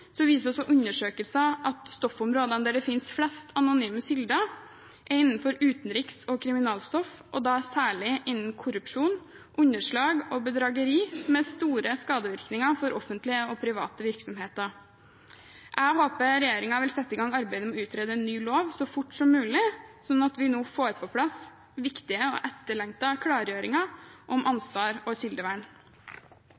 viser undersøkelser at stoffområdene der det finnes flest anonyme kilder, er innenfor utenriks- og kriminalstoff, og da særlig innen korrupsjon, underslag og bedrageri, med store skadevirkninger for offentlige og private virksomheter. Jeg håper regjeringen vil sette i gang arbeidet med å utrede en ny lov så fort som mulig, slik at vi nå får på plass viktige og etterlengtede klargjøringer om